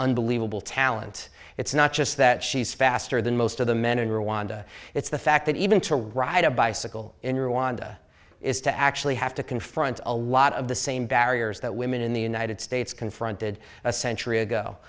unbelievable talent it's not just that she's faster than most of the men in rwanda it's the fact that even to ride a bicycle in rwanda is to actually have to confront a lot of the same barriers that women in the united states confronted a century ago